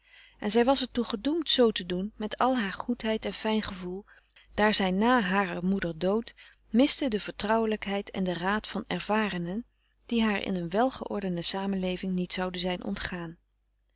en zij was er toe gedoemd zoo te doen met al haar goedheid en fijn gevoel daar zij na harer moeder dood miste de vertrouwelijkheid en den raad van ervarenen die haar in een welgeordende samenleving niet zouden zijn ontgaan